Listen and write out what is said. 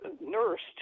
nursed